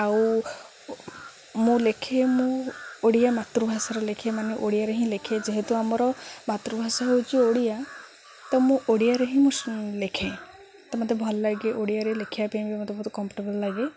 ଆଉ ମୁଁ ଲେଖେ ମୁଁ ଓଡ଼ିଆ ମାତୃଭାଷାର ଲେଖେ ମାନେ ଓଡ଼ିଆରେ ହିଁ ଲେଖେ ଯେହେତୁ ଆମର ମାତୃଭାଷା ହେଉଛି ଓଡ଼ିଆ ତ ମୁଁ ଓଡ଼ିଆରେ ହିଁ ମୁଁ ଲେଖେ ତ ମୋତେ ଭଲ ଲାଗେ ଓଡ଼ିଆରେ ଲେଖିବା ପାଇଁ ବି ମୋତେ ବହୁତ କମ୍ଫର୍ଟେବଲ୍ ଲାଗେ